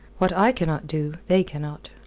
what i cannot do, they cannot.